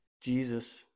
Jesus